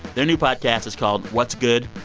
their new podcast is called what's good?